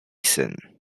syn